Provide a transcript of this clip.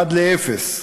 עד לאפס,